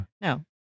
No